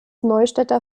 neustädter